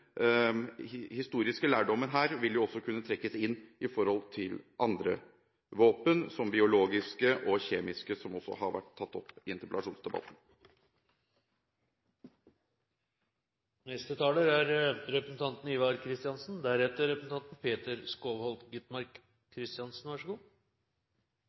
historiske lærdommen her vil også kunne trekkes inn når det gjelder andre våpen, som biologiske og kjemiske våpen, som også har vært tatt opp i interpellasjonsdebatten. Det er selvfølgelig et svært viktig tema representanten